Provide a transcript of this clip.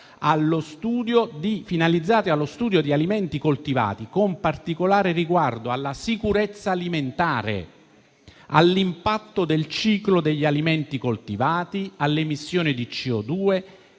allo studio di alimenti coltivati, con particolare riguardo alla sicurezza alimentare, all'impatto del ciclo degli alimenti coltivati, alle emissioni di CO₂